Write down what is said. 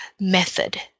method